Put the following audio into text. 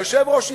היושב-ראש הזכיר,